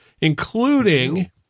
including